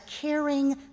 caring